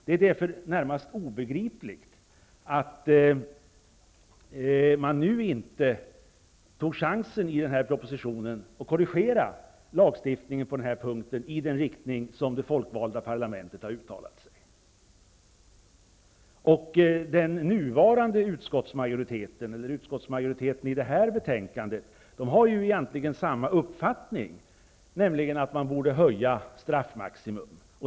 Det är därför närmast obegripligt att man inte nu tog chansen att korrigera lagstiftningen på den här punkten i propositionen i den riktning som det folkvalda parlamentet har uttalat sig för. Utskottsmajoriteten har i det här betänkandet egentligen samma uppfattning, nämligen att man borde höja straffmaximum.